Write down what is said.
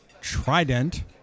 Trident